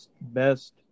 best